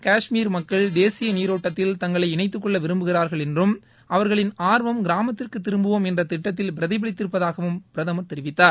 காஷ்மீர் மக்கள் தேசிய நீரோட்டத்தில் தங்களை இணைத்துக்கொள்ள விரும்புகிறார்கள் என்றும் அவர்களின் ஆர்வம் கிராமத்திற்கு திரும்புவோம் என்ற திட்டத்தில் பிரதிபலித்திருப்பதாகவும் பிரதமர் தெரிவித்தார்